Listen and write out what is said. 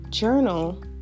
Journal